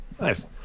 Nice